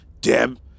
Deb